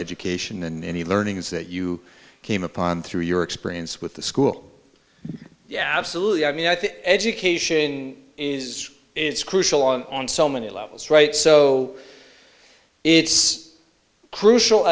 education and the learnings that you came upon through your experience with the school yeah absolutely i mean i think education is it's crucial on so many levels right so it's crucial